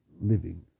living